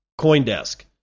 Coindesk